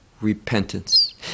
repentance